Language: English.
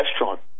restaurant